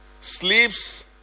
sleeps